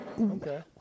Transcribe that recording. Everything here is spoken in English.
okay